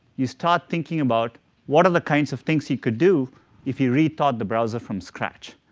you start thinking about what are the kinds of things you could do if you rethought the browser from scratch?